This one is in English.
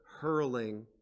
hurling